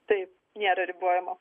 taip nėra ribojama